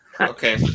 Okay